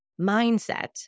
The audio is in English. mindset